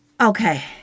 Okay